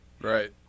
Right